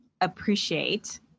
appreciate